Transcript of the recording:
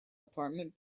apartment